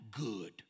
good